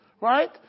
right